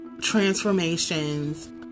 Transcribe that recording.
transformations